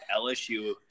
LSU